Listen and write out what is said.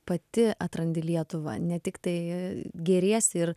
pati atrandi lietuvą ne tik tai gėriesi ir